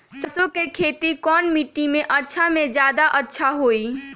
सरसो के खेती कौन मिट्टी मे अच्छा मे जादा अच्छा होइ?